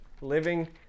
living